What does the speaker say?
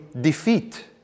defeat